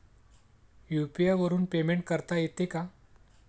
UPI वरून payment करता येते का?